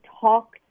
talk